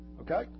Okay